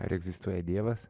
ar egzistuoja dievas